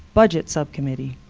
budget subcommittee.